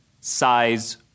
size